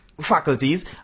faculties